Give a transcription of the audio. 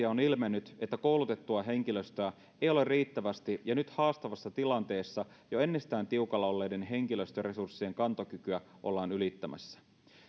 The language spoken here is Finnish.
on ilmennyt että koulutettua henkilöstöä ei ole riittävästi ja nyt haastavassa tilanteessa jo ennestään tiukalla olleiden henkilöstöresurssien kantokykyä ollaan ylittämässä